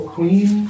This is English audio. Queen